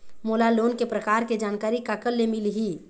मोला लोन के प्रकार के जानकारी काकर ले मिल ही?